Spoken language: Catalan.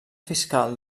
fiscal